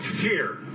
fear